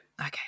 Okay